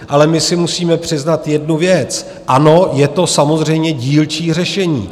Ale my si musíme přiznat jednu věc ano, je to samozřejmě dílčí řešení.